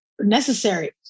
necessary